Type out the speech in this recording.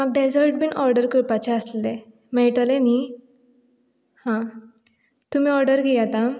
म्हाका डेजर्ट बीन ऑर्डर करपाचें आसलें मेळटलें न्ही हां तुमी ऑर्डर घेयात हां